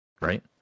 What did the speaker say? right